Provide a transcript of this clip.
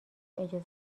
اجازه